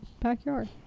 backyard